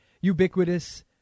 ubiquitous